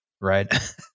right